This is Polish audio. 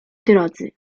drodzy